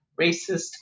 racist